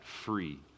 free